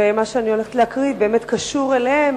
ומה שאני הולכת לקרוא באמת קשור אליהם.